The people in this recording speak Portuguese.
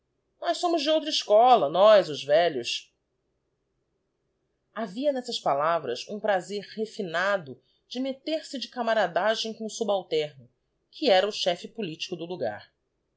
nós somos de outra escola nós os velhos havia n'essas palavras um prazer refinado de metter-se de camaradagem com o subalterno que era o chefe politico do logar